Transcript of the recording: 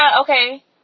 okay